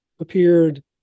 appeared